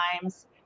times